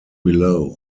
below